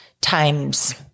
times